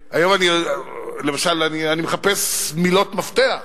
למשל אני מחפש מילות מפתח.